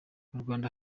rwanda